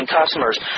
customers